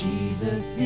Jesus